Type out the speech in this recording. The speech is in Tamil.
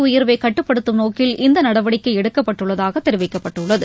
உயர்வை கட்டுப்படுத்தம் நோக்கில் நடவடிக்கை எடுக்கப்பட்டுள்ளதாக விலை இந்த தெரிவிக்கப்பட்டுள்ளது